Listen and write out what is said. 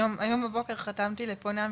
היום בבוקר חתמתי לפונה,